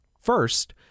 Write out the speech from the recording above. first